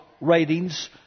ratings